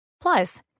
Plus